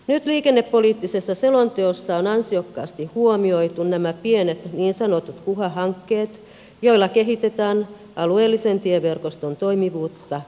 nyt liikennepoliittisessa selonteossa on ansiokkaasti huomioitu nämä pienet niin sanotut kuha hankkeet joilla kehitetään alueellisen tieverkoston toimivuutta kustannustehokkaasti